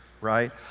right